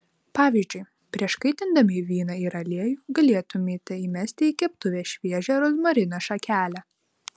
pavyzdžiui prieš kaitindami vyną ir aliejų galėtumėte įmesti į keptuvę šviežią rozmarino šakelę